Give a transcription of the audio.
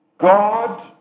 God